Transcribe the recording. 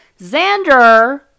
xander